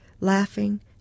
laughing